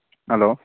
hello